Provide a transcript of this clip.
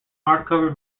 hardcover